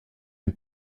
une